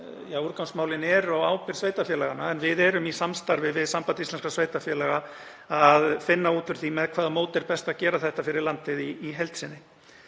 Úrgangsmálin eru á ábyrgð sveitarfélaganna en við erum í samstarfi við Samband íslenskra sveitarfélaga að finna út úr því með hvaða móti er best að gera þetta fyrir landið í heild sinni.